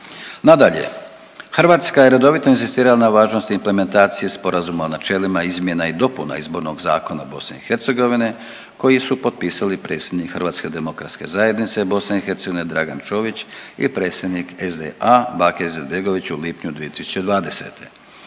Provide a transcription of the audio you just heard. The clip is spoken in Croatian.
Nadalje, Hrvatska je redovito inzistirala na važnosti implementacije Sporazuma o načelima izmjena i dopuna Izbornog zakona BiH koji su potpisali predsjednik HDZ-a BiH Dragan Čović i predsjednik SDA Bakir Izetbegović u lipnju 2020.